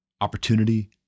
opportunity